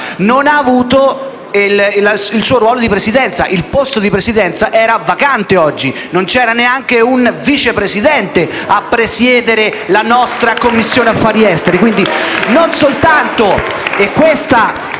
non ha avuto il proprio Presidente: il posto di Presidenza era vacante oggi, non vi era neanche un Vice Presidente a presiedere la nostra Commissione affari esteri.